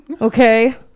Okay